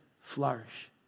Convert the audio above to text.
flourish